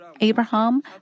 Abraham